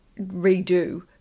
redo